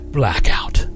blackout